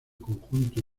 conjunto